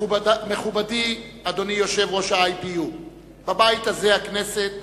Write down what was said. מכובדי, אדוני יושב-ראש ה-IPU, בבית הזה, הכנסת,